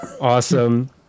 Awesome